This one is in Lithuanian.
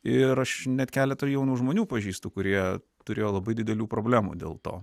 ir aš net keletą jaunų žmonių pažįstu kurie turėjo labai didelių problemų dėl to